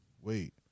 wait